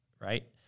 right